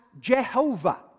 Jehovah